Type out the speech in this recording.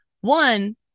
One